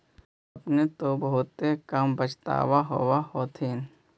अपने के तो बहुते कम बचतबा होब होथिं?